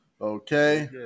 Okay